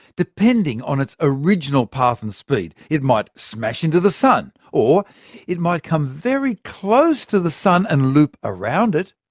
depending on its original path and speed, it might smash into the sun, or it might come very close to the sun and loop around it,